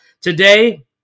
today